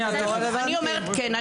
אני אומרת, כן.